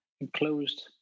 enclosed